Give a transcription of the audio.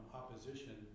opposition